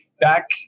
back